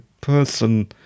person